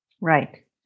Right